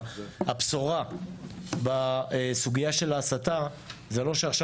הבשורה בסוגיה של ההסתה זה לא שעכשיו